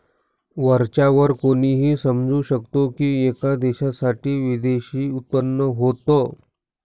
वरच्या वर कोणीही समजू शकतो की, एका देशासाठी विदेशी उत्पन्न होत